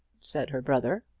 said her brother.